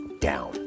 down